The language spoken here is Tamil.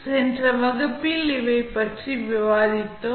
சென்ற வகுப்பில் இவை பற்றி விவாதித்தோம்